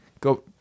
go